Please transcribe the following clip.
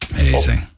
Amazing